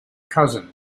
cousin